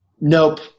Nope